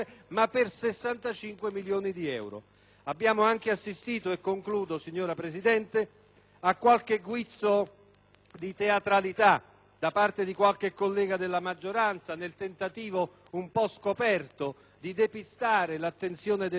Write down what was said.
Abbiamo anche assistito - e concludo, signora Presidente - a qualche guizzo di teatralità da parte di qualche collega della maggioranza, nel tentativo, un po' scoperto, di depistare l'attenzione dell'Assemblea e di mascherare l'imbarazzo.